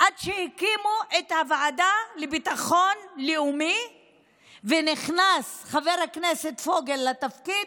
עד שהקימו את הוועדה לביטחון לאומי ונכנס חבר הכנסת פוגל לתפקיד.